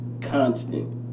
constant